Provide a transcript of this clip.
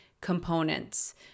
components